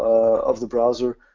of the browser.